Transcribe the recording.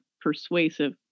persuasive